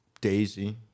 daisy